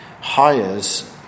hires